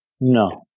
No